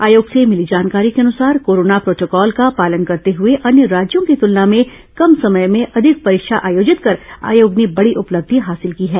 आयोग से मिली जानकारी के अनुसार कोरोना प्रोटोकॉल का पालन करते हुए अन्य राज्यों की तुलना में कम समय में अधिक परीक्षा आयोजित कर आयोग ने बड़ी उपलब्धि हासिल की है